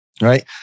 Right